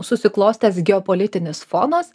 susiklostęs geopolitinis fonas